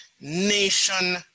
nation